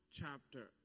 chapter